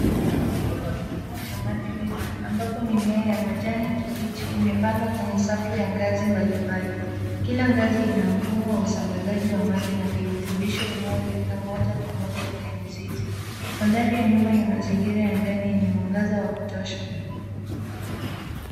Huu ni mpangilio wa kilimo cha maji wima ambapo mimea ya majani kibichi imepandwa kwenye ngazi mbalimbali. Kila ngazi ina mfumo wa usambazaji maji na virutubisho unaolenga moja kwa moja kwenye mizizi. Mandhari ya nyuma ni mazingira ya ndani yenye mwangaza wa kutosha.